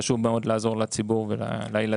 חשוב מאוד לעזור לציבור ולילדים.